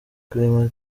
clement